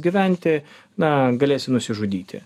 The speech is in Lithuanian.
gyventi na galėsi nusižudyti